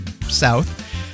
South